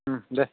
ओम दे